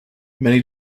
many